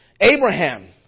Abraham